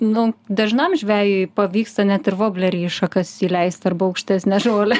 nu dažnam žvejui pavyksta net ir voblerį į šakas įleist arba aukštesnę žolę